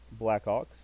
Blackhawks